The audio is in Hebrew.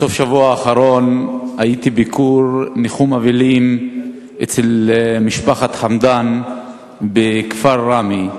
בסוף השבוע האחרון הייתי בביקור ניחום אבלים אצל משפחת חמדאן בכפר ראמה.